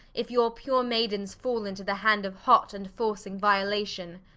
if your pure maydens fall into the hand of hot and forcing violation?